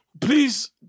please